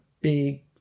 big